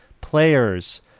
players